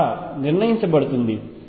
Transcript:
ద్వారా నిర్ణయించబడుతుంది